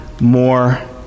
more